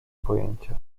pojęcia